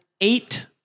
eight